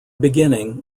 beginning